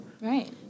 right